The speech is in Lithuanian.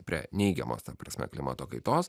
prie neigiamos ta prasme klimato kaitos